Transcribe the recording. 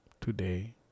today